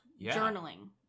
journaling